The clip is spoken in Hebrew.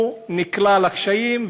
הוא נקלע לקשיים,